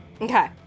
Okay